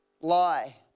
lie